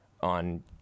on